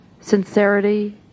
sincerity